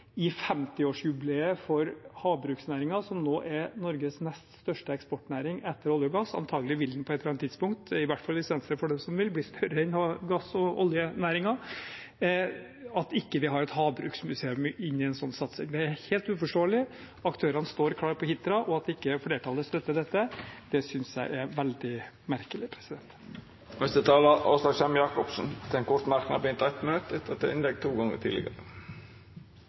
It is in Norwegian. i 50-årsjubileet for havbruksnæringen, som nå er Norges nest største eksportnæring etter olje og gass – antakelig vil den på et eller annet tidspunkt, i hvert fall hvis Venstre får det som de vil, bli større enn gass- og oljenæringen – at vi ikke har et havbruksmuseum i en slik satsing. Det er helt uforståelig. Aktørene står klar på Hitra. At ikke flertallet støtter dette, synes jeg er veldig merkelig. Representanten Åslaug Sem-Jacobsen har hatt ordet to gonger tidlegare og får ordet til ein kort merknad, avgrensa til 1 minutt.